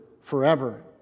forever